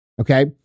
Okay